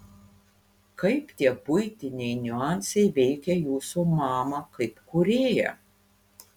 kaip tie buitiniai niuansai veikė jūsų mamą kaip kūrėją